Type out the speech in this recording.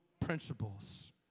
principles